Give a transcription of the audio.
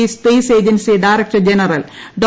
E space agency director general Dr